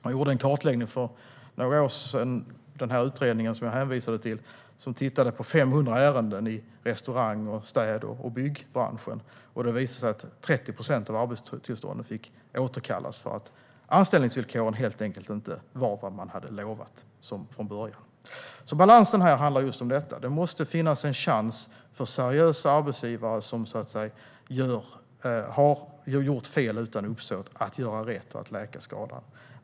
För några år sedan gjordes en kartläggning - i utredningen som jag hänvisade till. Man tittade på 500 ärenden inom restaurang, städ och byggbranscherna. 30 procent av arbetstillstånden fick återkallas eftersom anställningsvillkoren helt enkelt inte stämde med det som hade utlovats från början. Balansen handlar om just detta. Det måste finnas en chans för seriösa arbetsgivare som har gjort fel utan uppsåt att göra rätt och läka skadan.